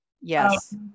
Yes